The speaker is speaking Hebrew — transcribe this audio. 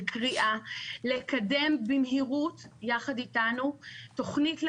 בקריאה לקדם במהירות יחד איתנו תכנית לאומית,